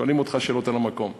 שואלים אותך שאלות על המקום.